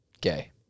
Gay